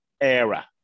era